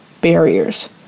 barriers